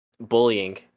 bullying